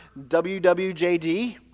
WWJD